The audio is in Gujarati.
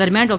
દરમ્યાન ડો